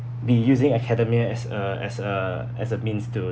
we using academia as a as a as a means to